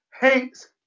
hates